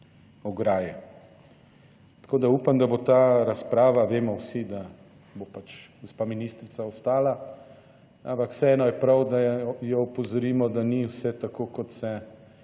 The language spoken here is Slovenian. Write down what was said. tako da upam, da bo ta razprava, vemo vsi, da bo pač gospa ministrica ostala, ampak vseeno je prav, da jo opozorimo, da ni vse tako kot se